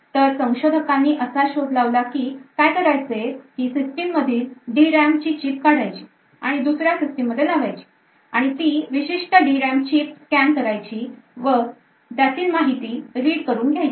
तर संशोधकांनी असा शोध लावला की काय करायचे की सिस्टीम मधील D RAM ची चीप काढायची आणि दुसऱ्या सिस्टीम मध्ये लावायची आणि ती विशिष्ट DRAM चीप scan करायची व त्यातील माहिती read करून घ्यायची